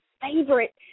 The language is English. favorite